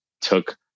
took